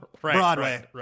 Broadway